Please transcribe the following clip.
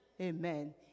Amen